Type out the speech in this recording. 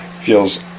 feels